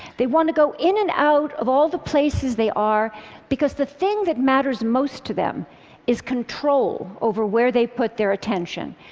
they want to go in and out of all the places they are because the thing that matters most to them is control over where they put their attention.